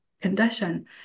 condition